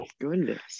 goodness